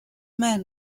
man